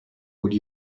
would